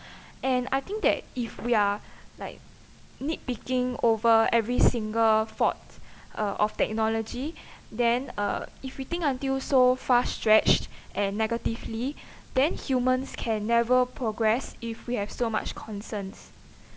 and I think that if we are like nitpicking over every single fault uh of technology then uh if we think until so far stretched and negatively then humans can never progress if we have so much concerns